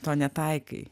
to netaikai